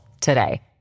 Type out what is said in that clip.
today